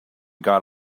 got